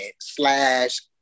slash